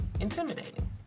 intimidating